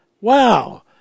Wow